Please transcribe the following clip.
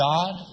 God